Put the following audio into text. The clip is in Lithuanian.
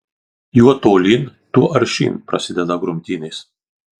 juo tolyn tuo aršyn prasideda grumtynės